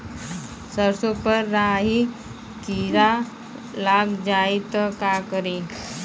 सरसो पर राही किरा लाग जाई त का करी?